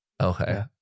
Okay